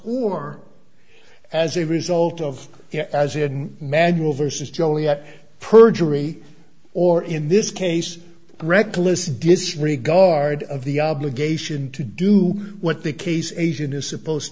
or as a result of as in manual versus joliet perjury or in this case reckless disregard of the obligation to do what the case asian is supposed